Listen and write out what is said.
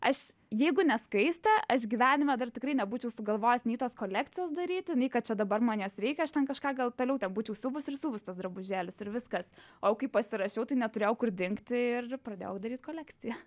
aš jeigu ne skaistė aš gyvenime dar tikrai nebūčiau sugalvojus nei tos kolekcijos daryti nei kad čia dabar man jos reikia aš ten kažką gal toliau ten būčiau siuvus ir siuvus tuos drabužėlius ir viskas o jau kai pasirašiau tai neturėjau kur dingti ir pradėjau daryt kolekciją